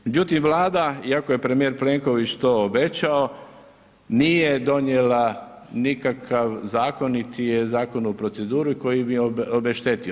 Međutim, Vlada, iako je premijer Plenković to obećao, nije donijela nikakav zakon niti je zakon u proceduri koji bi obeštetio.